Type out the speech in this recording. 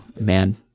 man